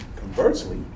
Conversely